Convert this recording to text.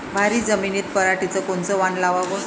भारी जमिनीत पराटीचं कोनचं वान लावाव?